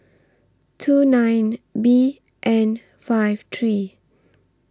two nine B N five three